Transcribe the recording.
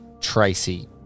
Tracy